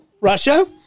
Russia